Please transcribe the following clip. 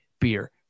beer